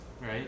right